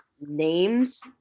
names